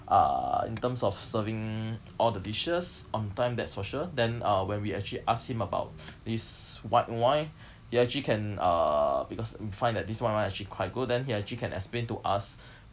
uh in terms of serving all the dishes on time that's for sure then uh when we actually ask him about this white whine he you actually can uh because find that this white wine actually quite good then he actually can explain to us